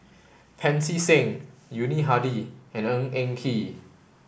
Pancy Seng Yuni Hadi and Ng Eng Kee